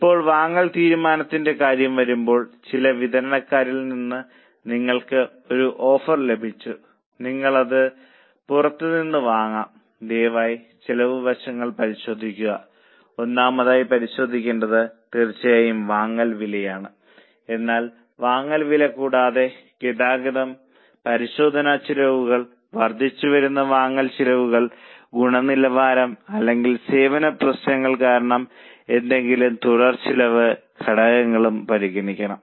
ഇപ്പോൾ വാങ്ങൽ തീരുമാനത്തിന്റെ കാര്യം വരുമ്പോൾ ചില വിതരണക്കാരിൽ നിന്ന് നിങ്ങൾക്ക് ഒരു ഓഫർ ലഭിച്ചു നിങ്ങൾക്ക് അത് പുറത്ത് നിന്ന് വാങ്ങാം ദയവായി ചെലവ് വശങ്ങൾ പരിശോധിക്കുക ഒന്നാമതായി പരിശോധിക്കേണ്ടത് തീർച്ചയായും വാങ്ങൽ വിലയാണ് എന്നാൽ വാങ്ങൽ വില കൂടാതെ ഗതാഗതം പരിശോധന ചെലവുകൾ വർദ്ധിച്ചുവരുന്ന വാങ്ങൽ ചെലവുകൾ ഗുണനിലവാരം അല്ലെങ്കിൽ സേവന പ്രശ്നങ്ങൾ കാരണം ഏതെങ്കിലും തുടർ ചെലവ് ഘടകങ്ങളും പരിഗണിക്കണം